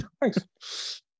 thanks